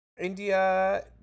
India